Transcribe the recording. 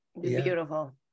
Beautiful